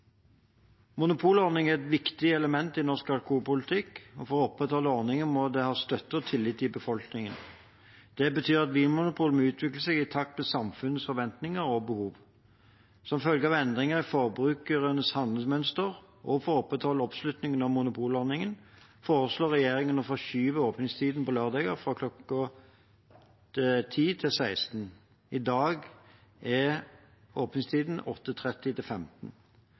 er et viktig element i norsk alkoholpolitikk, og for at ordningen skal opprettholdes, må den ha støtte og tillit i befolkningen. Det betyr at Vinmonopolet må utvikle seg i takt med samfunnets forventninger og behov. Som følge av endringer i forbrukernes handlemønster, og for å opprettholde oppslutningen om monopolordningen, foreslår regjeringen å forskyve åpningstiden på lørdager til klokken 10–16. I dag er åpningstiden